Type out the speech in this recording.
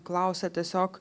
klausia tiesiog